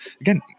again